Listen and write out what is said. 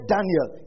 Daniel